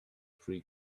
free